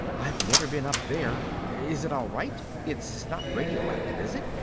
i've never been up there. is it all right? it's not radioactive, is it?